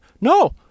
No